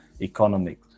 economic